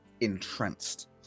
entranced